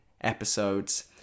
episodes